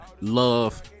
love